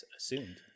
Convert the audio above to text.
assumed